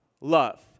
love